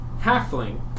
halfling